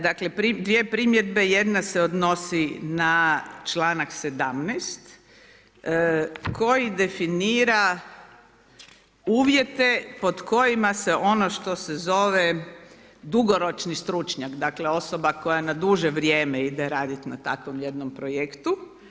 Dakle dvije primjedbe, jedna se odnosi na članak 17. koji definira uvjete pod kojima se ono što se zove dugoročni stručnjak, dakle osoba koja na duže vrijeme ide raditi na takvom jednom projektu.